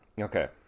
okay